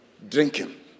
Drinking